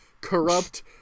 corrupt